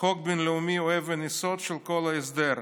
חוק בין-לאומי הוא אבן יסוד של כל ההסדר,